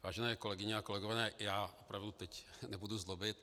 Vážené kolegyně a kolegové, opravdu teď nebudu zlobit.